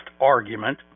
argument